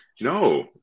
No